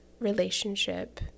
relationship